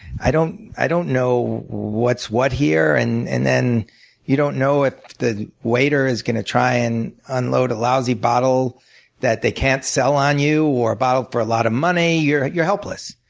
i don't i don't know what's what, here. and and then you don't know if the waiter is going to try to and unload a lousy bottle that they can't sell on you, or a bottle for a lot of money you're you're helpless.